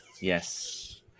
Yes